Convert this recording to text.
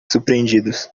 surpreendidos